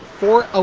for a